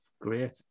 great